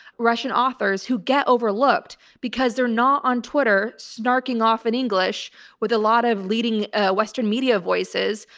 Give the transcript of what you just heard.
russian authors who get overlooked because they're not on twitter, snarking off in english with a lot of leading a western media voices.